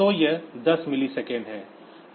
तो यह 10 मिलीसेकंड है